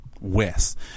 west